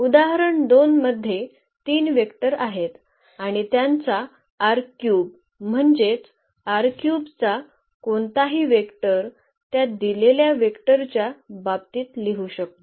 उदाहरण २ मध्ये तीन वेक्टर आहेत आणि त्यांचा म्हणजे चा कोणताही वेक्टर त्या दिलेल्या वेक्टरच्या बाबतीत लिहू शकतो